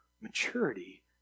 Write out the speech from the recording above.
maturity